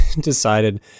decided